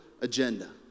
agenda